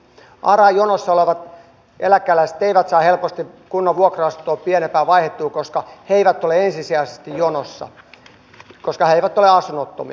aran jonossa olevat eläkeläiset eivät saa helposti kunnan vuokra asuntoa pienempään vaihdettua koska he eivät ole ensisijaisesti jonossa koska he eivät ole asunnottomia